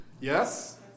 Yes